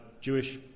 Jewish